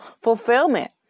fulfillment